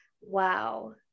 wow